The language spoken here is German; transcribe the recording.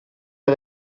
der